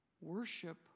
worship